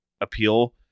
appeal